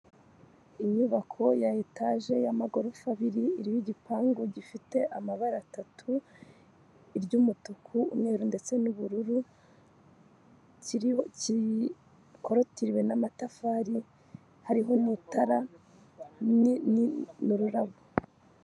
Inyubako ya etage y'amagorofa abiri; iririmo igipangu gifite amabara atatu iry'umutuku, umweru, ndetse n'ubururu, gikorutiriwe n'amatafari hariho n'itara n'ururabo.